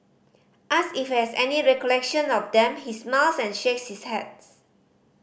asked if he has any recollection of them he smiles and shakes his heads